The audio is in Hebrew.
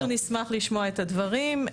אנחנו נשמח לשמוע את הדברים.